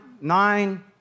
nine